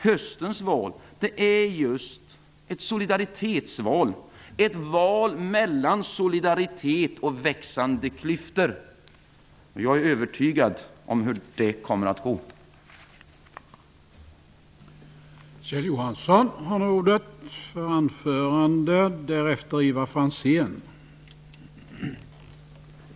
Höstens val är just ett solidaritetsval, ett val mellan solidaritet och växande klyftor. Jag är övertygad om att det kommer att gå bra.